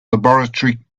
laboratory